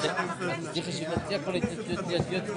נצביע ב-13:49.